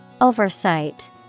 Oversight